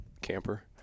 camper